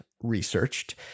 researched